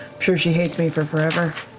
sure she hates me for forever,